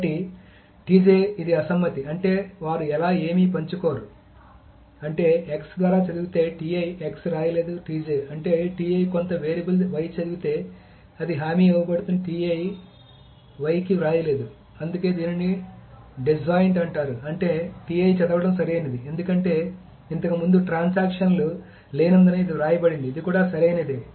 కాబట్టి ఇది అసమ్మతి అంటే వారు అలా ఏమీ పంచుకోరు అంటే x ద్వారా చదివితే x రాయలేదు అంటే కొంత వేరియబుల్ y చదివితే అది హామీ ఇవ్వబడింది y కి వ్రాయలేదు అందుకే దీనిని డిస్జాయింట్ అంటారు అంటే చదవడం సరియైనది ఎందుకంటే ఇంతకు ముందు ట్రాన్సాక్షన్ లు లేనందున ఇది వ్రాయబడింది ఇది కూడా సరైనదే